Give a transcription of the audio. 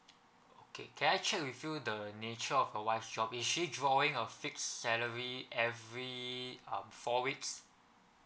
okay can I check with you the nature of your wife job is she drawing a fixed salary every um four weeks